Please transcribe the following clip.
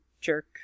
jerk